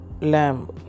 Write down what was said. lamb